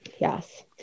Yes